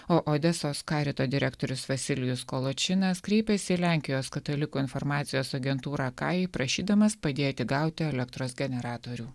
odesos karito direktorius vasilijus koločinas kreipėsi į lenkijos katalikų informacijos agentūrą kajui prašydamas padėti gauti elektros generatorių